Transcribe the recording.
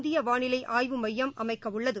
இந்திய வானிலை ஆய்வு மையம் அமைக்கவுள்ளது